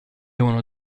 uno